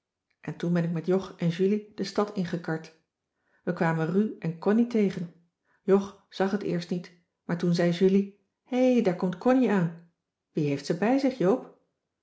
en toen ben ik met jog en julie de stad in gekard we kwamen ru en connie tegen jog zag het eerst niet maar toen zei julie hé daar komt connie aan wie heeft ze bij zich